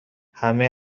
همه